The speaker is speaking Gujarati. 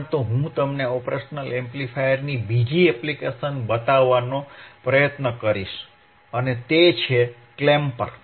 પરંતુ હું તમને ઓપરેશનલ એમ્પ્લીફાયરની બીજી એપ્લિકેશન બતાવવાનો પ્રયત્ન કરીશ તે છે ક્લેમ્પર